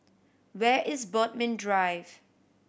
where is Bodmin Drive